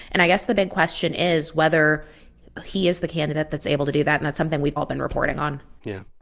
and i guess the big question is whether he is the candidate that's able to do that, and that's something we've all been reporting on yeah.